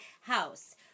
house